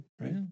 right